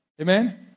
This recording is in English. Amen